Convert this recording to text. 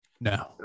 no